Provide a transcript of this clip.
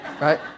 right